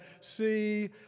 see